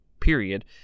period